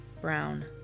brown